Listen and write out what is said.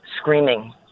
screaming